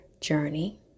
journey